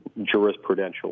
jurisprudential